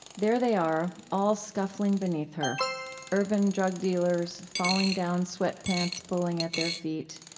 there they are, all scuffling beneath her urban drug dealers, falling-down sweatpants pooling at their feet,